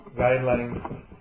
guidelines